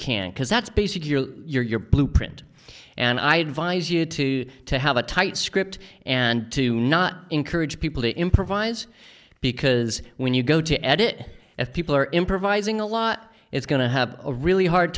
can because that's basically your blueprint and i advise you to to have a tight script and to not encourage people to improvise because when you go to edit if people are improvising a lot it's going to have a really hard